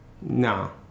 No